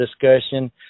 discussion